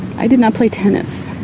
i did not play tennis.